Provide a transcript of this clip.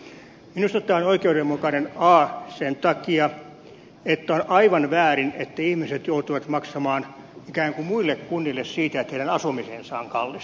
minusta tämä on oikeudenmukainen sen takia että on aivan väärin että ihmiset joutuvat ikään kuin maksamaan muille kunnille siitä että heidän asumisensa on kallista